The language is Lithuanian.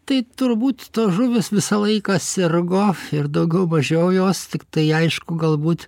tai turbūt tos žuvys visą laiką sirgo ir daugiau mažiau jos tiktai aišku galbūt